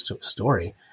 story